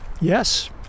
yes